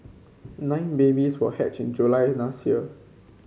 nine babies were hatched in July last year